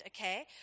okay